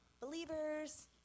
believers